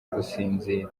gusinzira